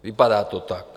Vypadá to tak.